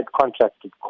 contracted